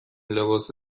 لباس